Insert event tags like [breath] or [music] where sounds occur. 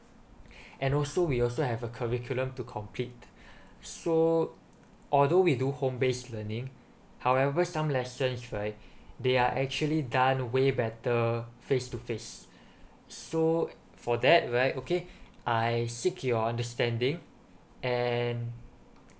[breath] and also we also have a curriculum to complete [breath] so although we do home based learning however some lessons right [breath] they are actually done way better face to face [breath] so for that right okay [breath] I seek your understanding and